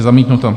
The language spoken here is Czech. Zamítnuto.